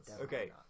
Okay